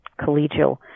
collegial